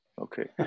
okay